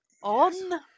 On